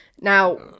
Now